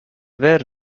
were